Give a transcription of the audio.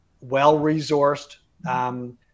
well-resourced